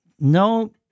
No